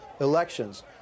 elections